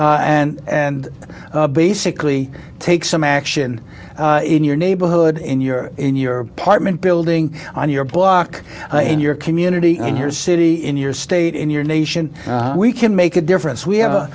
up and basically take some action in your neighborhood in your in your apartment building on your block in your community in your city in your state in your nation we can make a difference we